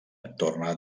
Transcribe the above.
torna